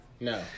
No